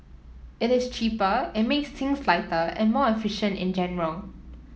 it is cheaper it makes things lighter and more efficient in general